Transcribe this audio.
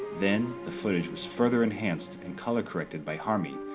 then the footage was further enhanced and color corrected by harmy,